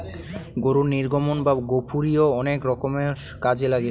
গরুর নির্গমন বা গোপুরীষ অনেক রকম কাজে লাগে